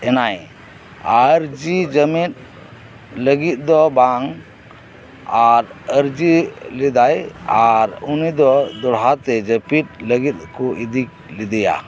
ᱮᱱᱟᱭ ᱟᱨᱡᱤ ᱡᱩᱢᱤᱫ ᱞᱟᱹᱜᱤᱫ ᱫᱚ ᱵᱟᱝ ᱟᱨ ᱟᱹᱨᱡᱤ ᱞᱮᱫᱟᱭ ᱟᱨ ᱩᱱᱤᱫᱚ ᱫᱚᱲᱦᱟᱛᱮ ᱡᱟᱹᱯᱤᱛ ᱞᱟᱹᱜᱤᱫ ᱠᱚ ᱤᱫᱤ ᱞᱤᱫᱤᱭᱟ